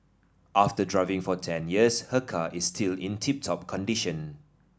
after driving for ten years her car is still in tip top condition